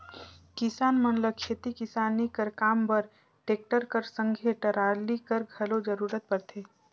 किसान मन ल खेती किसानी कर काम बर टेक्टर कर संघे टराली कर घलो जरूरत परथे